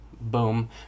boom